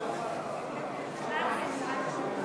4), התשע"ו 2015,